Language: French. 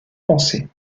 pensée